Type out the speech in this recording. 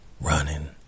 running